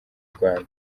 rwanda